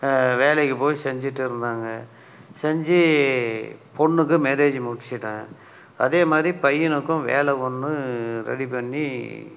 வேலைக்கு போய் செஞ்சிட்டிருந்தங்க செஞ்சு பொண்ணுக்கு மேரேஜ் முடிச்சிவிட்டன் அதே மாரி பையனுக்கும் வேலை ஒன்று ரெடி பண்ணி